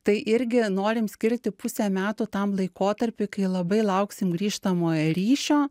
tai irgi norim skirti pusę metų tam laikotarpiui kai labai lauksim grįžtamojo ryšio